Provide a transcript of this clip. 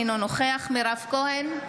אינו נוכח מירב כהן,